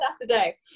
Saturday